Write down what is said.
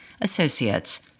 associates